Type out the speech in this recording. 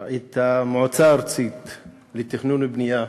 את המועצה הארצית לתכנון ובנייה,